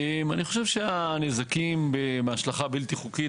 אני חושב שהנזקים מהשלכה בלתי חוקית,